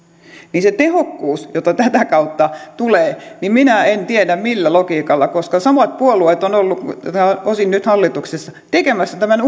niin se tehokkuus joka tätä kautta tulee minä en tiedä millä logiikalla koska samat puolueet ovat olleet osin nyt hallituksissa tekemässä tämän